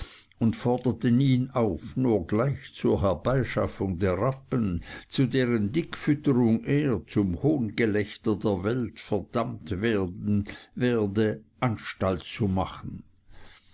und forderten ihn auf nur gleich zur herbeischaffung der rappen zu deren dickfütterung er zum hohngelächter der welt verdammt werden werde anstalt zu machen